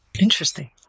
Interesting